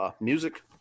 music